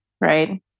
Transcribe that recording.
Right